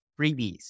freebies